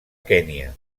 kenya